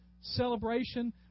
celebration